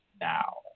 now